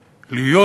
להיות,